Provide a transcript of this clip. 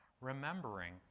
remembering